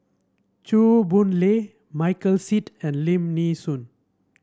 Chew Boon Lay Michael Seet and Lim Nee Soon